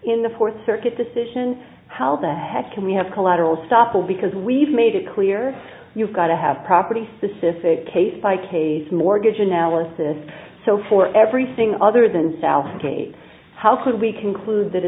in the fourth circuit decision how the heck can we have collateral stoffel because we've made it clear you've got to have property specific case by case mortgage analysis so for everything other than south gate how could we conclude that a